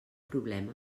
problema